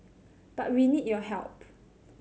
but we need your help